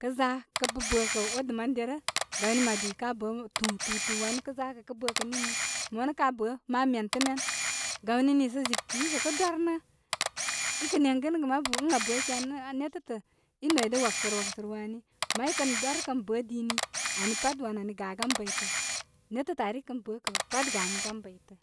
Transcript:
kə a kə' bə bə kə' odə man derə. Gawni madi ka bəə tu, tu, tu wanə' kə zakə kə bəkə ən nini. Wanə kaa bəə ma məntəmə. Gawni nii sə, jibtə yusa kə dwar nə i kə neŋgənəgə mabu ən aa bəə kyanə netətə i noydə wagsərək wagsərək, a ani. May kən dwarə kə bəə dini. Mi pat, wan ani, gagan bəytə. Netətə' ar i kən bəə kə' gamigan baytə'.